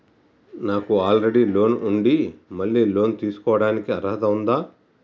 నాకు already loan ఉండి మళ్ళీ లోన్ తీసుకోవడానికి అర్హత ఉందా?